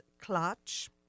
clutch